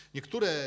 Niektóre